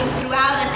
throughout